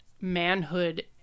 manhood